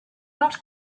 not